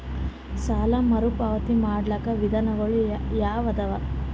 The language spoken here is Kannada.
ಸಾಲ ಮರುಪಾವತಿ ಮಾಡ್ಲಿಕ್ಕ ವಿಧಾನಗಳು ಯಾವದವಾ?